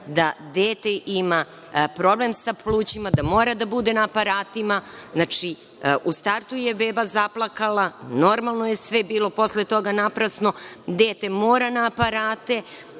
da dete ima problem sa plućima, da mora da bude na aparatima? Znači, u startu je beba zaplakala, normalno je sve bilo, posle toga, naprasno, dete mora na aparate,